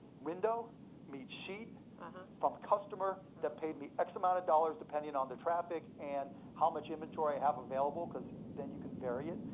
window meet sheet from customer that paid me x amount of dollars, depending and on the traffic and how much inventory i have available cause then you can vary it.